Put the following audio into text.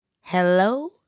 Hello